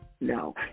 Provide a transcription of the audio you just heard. no